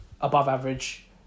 above-average